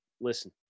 listen